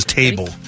table